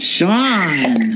Sean